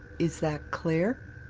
is that clear?